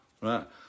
Right